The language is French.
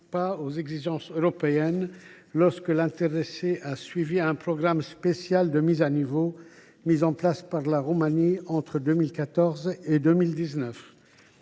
pas aux exigences européennes, lorsque le diplômé a suivi en sus un programme spécial de mise à niveau mis en place par la Roumanie entre 2014 et 2019.